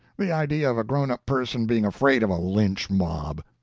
the idea of a grown-up person being afraid of a lynch mob!